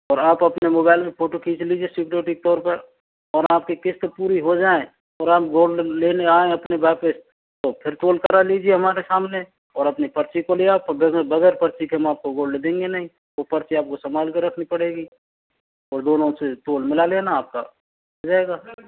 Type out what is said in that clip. और आप अपने मोबाइल में फोटो खींच लीजिए सिक्योरिटी के तौर पर और आपकी किस्त पूरी हो जाए और आप गोल्ड लेने आए अपने वापस तो फिर तौल करा लीजिए हमारे सामने और अपनी पर्ची को ले आओ वैसे वगैर पर्ची के हम आपको गोल्ड देंगे नहीं वो पर्ची आपको संभाल के रखनी पड़ेगी और दोनों से तौल मिला लेना आपका हो जाएगा